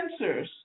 Sensors